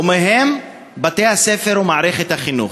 ובהם בתי-הספר ומערכת החינוך.